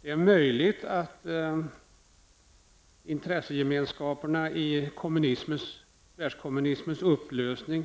Det är möjligt att intressegemenskaperna i världskommunismens upplösning